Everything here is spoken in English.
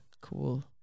cool